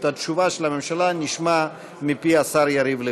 את תשובת הממשלה נשמע מפי השר יריב לוין.